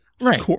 Right